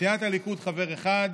סיעת הליכוד, חבר אחד,